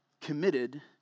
committed